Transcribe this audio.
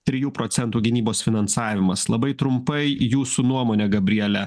trijų procentų gynybos finansavimas labai trumpai jūsų nuomone gabriele